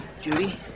Judy